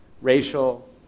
racial